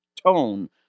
tone